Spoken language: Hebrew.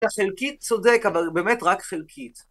אתה חלקית צודק, אבל באמת רק חלקית.